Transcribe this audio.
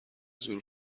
زور